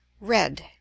Red